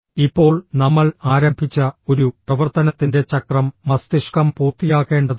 ഇപ്പോൾ നമ്മൾ ആരംഭിച്ച ഒരു പ്രവർത്തനത്തിന്റെ ചക്രം മസ്തിഷ്കം പൂർത്തിയാക്കേണ്ടതുണ്ട്